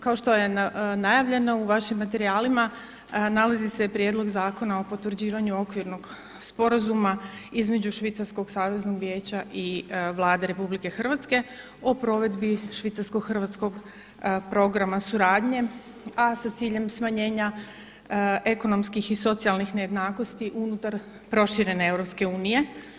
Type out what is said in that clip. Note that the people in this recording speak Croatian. Kao što je najavljeno u vašim materijalima nalazi se Prijedlog Zakona o potvrđivanju Okvirnog sporazuma između Švicarskog saveznog vijeća i Vlade Republike Hrvatske o provedbi švicarsko-hrvatskog programa suradnje a sa ciljem smanjenja ekonomskih i socijalnih nejednakosti unutar proširene Europske unije.